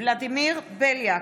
ולדימיר בליאק,